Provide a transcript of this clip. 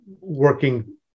working